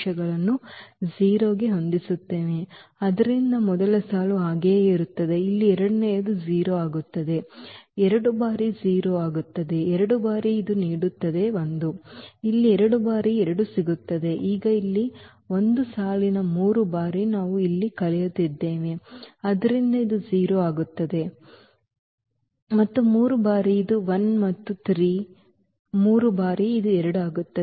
ಗೆ ಹೊಂದಿಸುತ್ತೇವೆ ಆದ್ದರಿಂದ ಮೊದಲ ಸಾಲು ಹಾಗೆಯೇ ಇರುತ್ತದೆ ಇಲ್ಲಿ ಎರಡನೆಯದು 0 ಆಗುತ್ತದೆ ಎರಡು ಬಾರಿ ಇದು 0 ಆಗುತ್ತದೆ ಎರಡು ಬಾರಿ ಇದು ನೀಡುತ್ತದೆ 1 ಇಲ್ಲಿ ಎರಡು ಬಾರಿ 2 ಸಿಗುತ್ತದೆ ಇಲ್ಲಿ ಈಗ 1 ಸಾಲಿನ 3 ಬಾರಿ ನಾವು ಇಲ್ಲಿ ಕಳೆಯುತ್ತಿದ್ದೇವೆ ಆದ್ದರಿಂದ ಇದು 0 ಆಗುತ್ತದೆ ಇದು ಮತ್ತೆ 0 ಆಗುತ್ತದೆ ಮತ್ತು 3 ಬಾರಿ ಇದು 1 ಮತ್ತು 3 ಬಾರಿ ಇದು 2 ಆಗುತ್ತದೆ